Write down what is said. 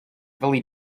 really